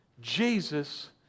Jesus